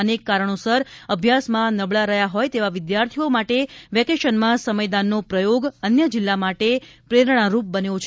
અનેક કારણોસર અભ્યાસમાં નબળાં રહ્યાં હોય તેવા વિદ્યાર્થીઓ માટે વેકેશનમાં સમયદાનનો પ્રયોગ અન્ય જિલ્લા માટે પ્રેરણારૂપ બન્યો છે